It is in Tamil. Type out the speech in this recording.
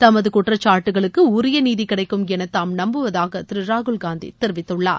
தமது குற்றச்சாட்டுக்களுக்கு உரிய நீதி கிடைக்கும் என தாம் நம்புவதாக திரு ராகுல்காந்தி தெரிவித்துள்ளார்